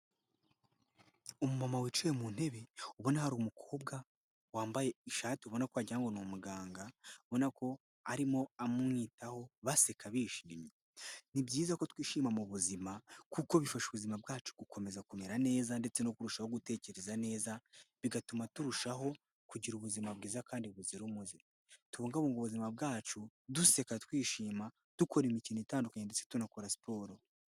Umuntu wicaye mu ntebe ubona hari umukobwa wambaye ishati ubona ko wagira ngo ni umuganga abona ko arimo amwitaho baseka bishimye. Ni byiza ko twishima mu buzima kuko bifasha ubuzima bwacu gukomeza kumera neza ndetse no kurushaho gutekereza neza bigatuma turushaho kugira ubuzima bwiza kandi buzira umuze. Tubungabunga ubuzima bwacu duseka twishima dukora imikino itandukanye ndetse tunakora siporo.